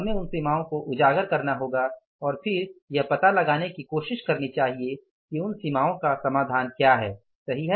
हमें उन सीमाओं को उजागर करना होगा और फिर यह पता लगाने की कोशिश करनी चाहिए कि उन सीमाओं का समाधान क्या है सही है